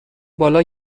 بالا